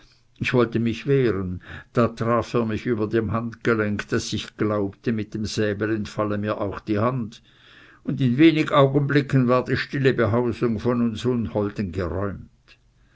ich wollte mich wehren da traf er mich über dem handgelenk daß ich glaubte mit dem säbel entfalle mir auch die hand und in wenigen augenblicken war die stille behausung von uns unholden geräumt